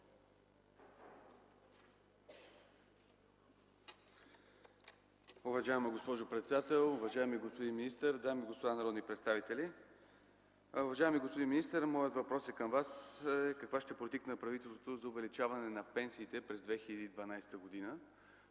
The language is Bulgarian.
Уважаема госпожо председател, уважаеми господин министър, дами и господа народни представители! Уважаеми господин министър, моят въпрос към Вас е: каква ще е политиката на правителството за увеличаване на пенсиите през 2012 г.